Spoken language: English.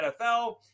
NFL